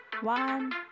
One